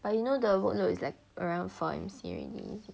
but you know the workload is like around four M_C already